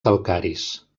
calcaris